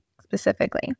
specifically